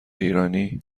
ایرانی